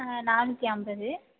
நாணுற்றி ஐம்பது